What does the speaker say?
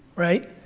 right,